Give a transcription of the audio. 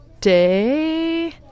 day